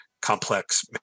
complex